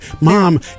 Mom